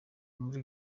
muri